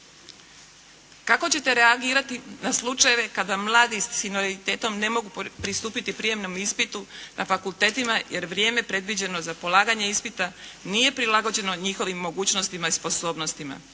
Kako ćete reagirati na slučajeve kada mladi s invaliditetom ne mogu pristupiti prijemnom ispitu na fakultetima jer vrijeme predviđeno za polaganje ispita nije prilagođeno njihovim mogućnostima ili sposobnostima.